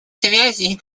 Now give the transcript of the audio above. связи